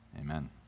Amen